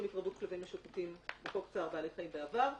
התרבות כלבים משוטטים בחוק צער בעלי חיים בעבר -- כמה?